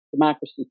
democracy